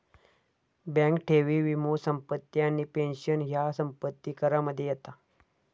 bank ठेवी, वीमो, संपत्ती आणि पेंशन ह्या संपत्ती करामध्ये येता